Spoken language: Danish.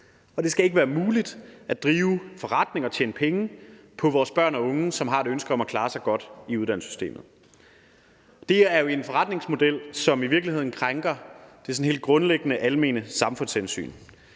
og det skal ikke være muligt at drive forretning og tjene penge på vores børn og unge, som har et ønske om at klare sig godt i uddannelsessystemet. Det her er jo en forretningsmodel, som i virkeligheden krænker sådan helt grundlæggende almene samfundshensyn,